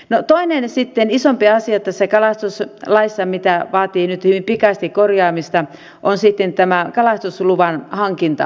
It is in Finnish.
no sitten toinen isompi asia tässä kalastuslaissa mikä vaatii nyt hyvin pikaista korjaamista on sitten tämä kalastusluvan hankinta asia